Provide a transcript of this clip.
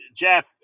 jeff